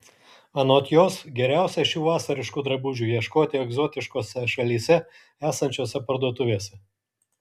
anot jos geriausia šių vasariškų drabužių ieškoti egzotiškose šalyse esančiose parduotuvėse